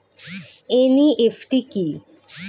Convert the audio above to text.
NEFT কি?